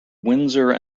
windsor